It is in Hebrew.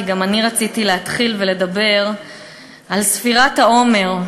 כי גם אני רציתי להתחיל ולדבר על ספירת העומר,